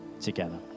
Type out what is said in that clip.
together